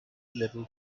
level